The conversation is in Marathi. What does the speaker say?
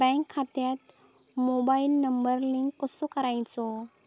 बँक खात्यात मोबाईल नंबर लिंक कसो करायचो?